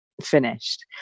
finished